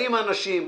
באים אנשים,